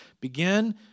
Begin